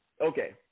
okay